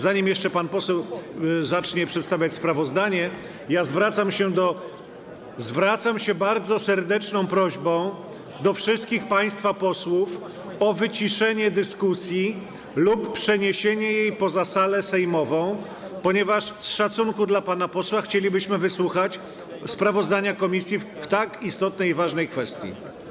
Zanim jeszcze pan poseł zacznie przedstawiać sprawozdanie, zwrócę się z bardzo serdeczną prośbą do wszystkich państwa posłów o wyciszenie dyskusji lub przeniesienie jej poza salę sejmową, ponieważ z szacunku dla pana posła chcielibyśmy wysłuchać sprawozdania komisji w tak istotnej, ważnej sprawie.